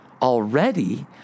Already